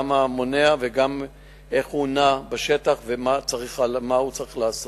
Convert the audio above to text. גם הטיפול המונע וגם איך הוא נע בשטח ומה הוא צריך לעשות.